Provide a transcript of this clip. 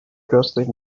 trusted